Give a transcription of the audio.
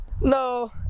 No